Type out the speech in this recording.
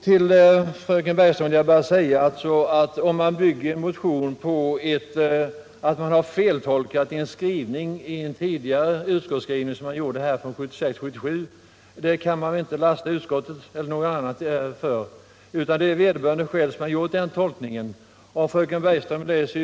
Till fröken Bergström vill jag bara säga att man inte kan lasta utskottet eller någon annan part för att någon gör en feltolkning av en tidigare utskottsskrivning, på det sätt som skedde med utskottets uttalande från 1976/77. Den tolkningen får vederbörande själv stå för.